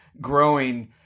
growing